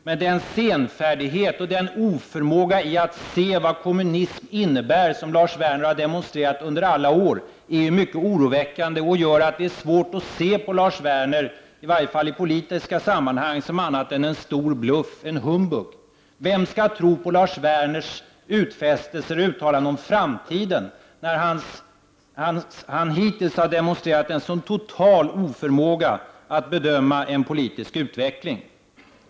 Men den senfärdighet och oförmåga att se vad kommunism innebär som Lars Werner demonstrerat under alla år är mycket oroväckande och gör det svårt att se Lars Werner, i varje fall i politiska sammanhang, som annat än en stor bluff, en humbug. Vem skall tro på Lars Werners utfästelser och uttalanden om framtiden när han hittills har demonstrerat en så total oförmåga att bedöma en politisk utveckling?